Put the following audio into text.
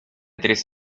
tres